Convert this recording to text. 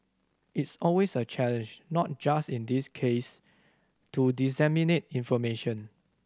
it's always a challenge not just in this case to disseminate information